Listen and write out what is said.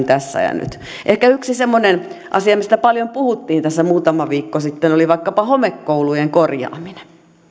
tässä ja nyt ehkä yksi semmoinen asia mistä paljon puhuttiin tässä muutama viikko sitten oli vaikkapa homekoulujen korjaaminen